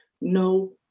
No